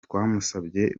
twamusabye